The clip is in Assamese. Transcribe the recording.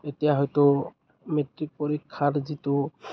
এতিয়া হয়তো মেট্ৰিক পৰীক্ষাৰ যিটো